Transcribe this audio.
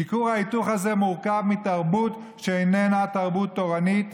כי כור ההיתוך הזה מורכב מתרבות שאיננה תרבות תורנית,